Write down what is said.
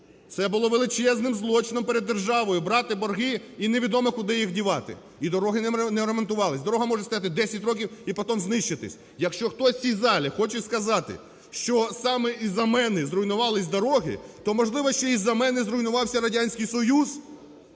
Це було величезним злочином перед державою: брати борги і невідомо куди їх дівати, і дороги не ремонтувалися, дорога може стояти 10 років і потім знищитися. Якщо хтось в цій залі хоче сказати, що саме із-за мене зруйнувалися дороги, то, можливо, що із-за мене зруйнувався Радянський Союз?